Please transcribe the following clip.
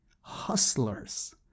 hustlers